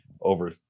over